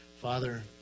Father